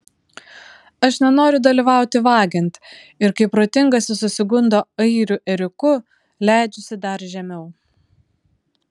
aš nenoriu dalyvauti vagiant ir kai protingasis susigundo airių ėriuku leidžiuosi dar žemiau